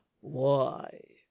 Why